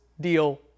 deal